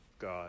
God